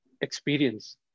experience